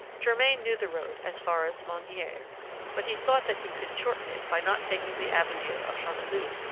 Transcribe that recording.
germain knew the road as far as magnier but he thought that he could shorten it by not taking the avenue of chanteloube,